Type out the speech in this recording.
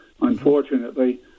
unfortunately